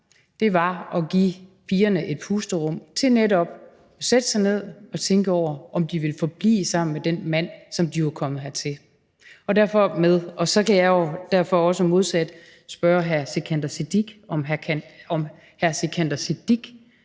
var at give pigerne et pusterum til netop at sætte sig ned og tænke over, om de ville forblive sammen med den mand, som de var kommet hertil med. Derfor kan jeg jo også modsat spørge hr. Sikandar Siddique, om han har noget